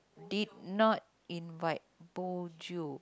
did not invite bo jio